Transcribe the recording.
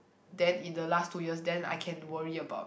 then in the last two years then I can worry about